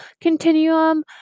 continuum